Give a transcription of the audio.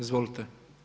Izvolite.